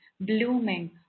blooming